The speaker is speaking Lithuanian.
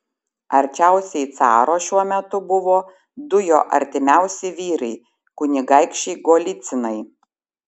arčiausiai caro šiuo metu buvo du jo artimiausi vyrai kunigaikščiai golycinai